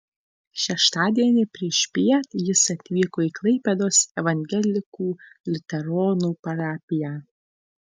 šeštadienį priešpiet jis atvyko į klaipėdos evangelikų liuteronų parapiją